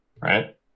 right